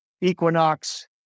Equinox